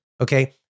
Okay